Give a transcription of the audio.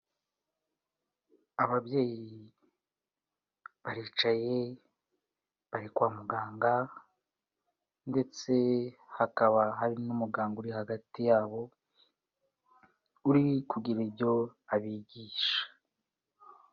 Ababyeyi baricaye, bari kwa muganga ndetse hakaba hari n'umuganga uri hagati yabo, uri kugira ibyo abigisha.